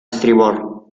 estribor